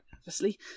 nervously